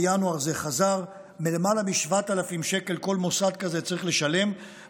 בינואר זה חזר: כל מוסד כזה צריך לשלם למעלה מ-7,000 שקל.